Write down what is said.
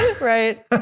right